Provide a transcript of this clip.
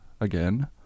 again